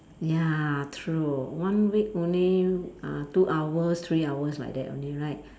ya true one week only uh two hours three hours like that only right